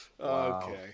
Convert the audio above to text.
Okay